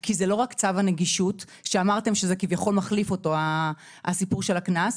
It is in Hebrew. כי זה לא רק צו הנגישות שאמרתם שזה כביכול מחליף אותו הסיפור של הקנס,